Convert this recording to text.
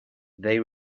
they